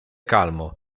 calmo